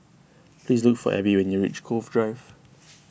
please look for Abby when you reach Cove Drive